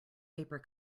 paper